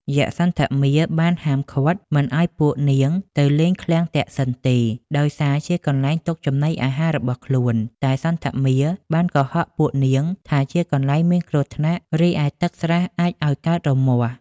យក្ខសន្ធមារបានហាមឃាត់មិនឲ្យពួកនាងទៅលេងឃ្លាំងទក្សិណទេ ដោយសារជាកន្លែងទុកចំណីអាហាររបស់ខ្លួន តែសន្ធមារបានកុហកពួកនាងថាជាកន្លែងមានគ្រោះថ្នាក់ រីឯទឹកស្រះអាចឲ្យកើតរមាស់។